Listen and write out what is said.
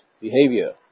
behavior